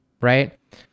right